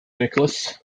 nicholas